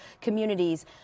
communities